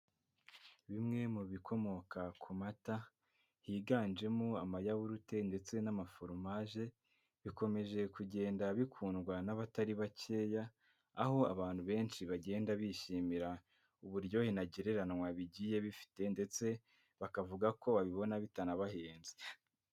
Bimwe mu bikomoka ku mata higanjemo amayawurute ndetse n'amaforomaje, bikomeje kugenda bikundwa n'abatari bakeya, aho abantu benshi bagenda bishimira uburyohe ntagereranywa bigiye bifite ndetse bakavuga ko babibona bitanabahenze.